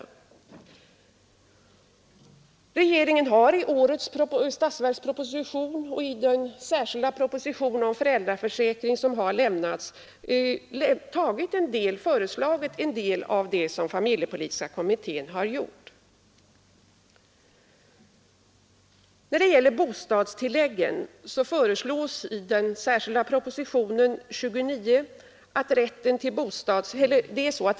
Regeringen har i årets statsverksproposition och i den särskilda proposition om föräldraförsäkring som avlämnats föreslagit en del av det som familjepolitiska kommittén föreslagit.